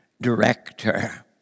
director